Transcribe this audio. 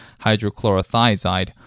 hydrochlorothiazide